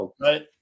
Right